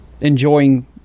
enjoying